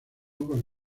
con